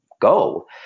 go